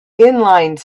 inline